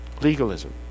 Legalism